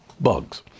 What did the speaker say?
bugs